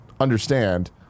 understand